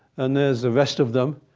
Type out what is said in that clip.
and there's the rest of them.